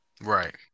Right